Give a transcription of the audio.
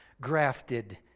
grafted